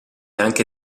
anche